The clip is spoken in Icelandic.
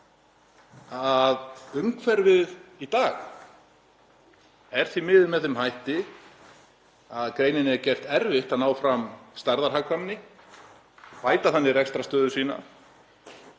að umhverfið í dag er því miður með þeim hætti að greininni er gert erfitt að ná fram stærðarhagkvæmni og bæta þannig rekstrarstöðu sína.